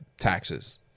Taxes